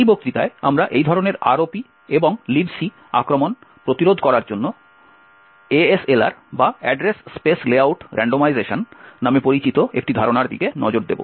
এই বক্তৃতায় আমরা এই ধরনের ROP এবং Libc আক্রমণ প্রতিরোধ করার জন্য ASLR বা অ্যাড্রেস স্পেস লেআউট রান্ডমাইজেশন নামে পরিচিত একটি ধারণার দিকে নজর দেব